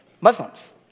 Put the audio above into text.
Muslims